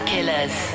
Killers